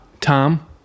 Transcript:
Tom